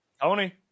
Tony